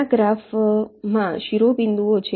આ ગ્રાફમાં શિરોબિંદુઓ છે